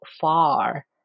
far